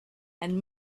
and